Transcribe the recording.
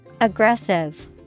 Aggressive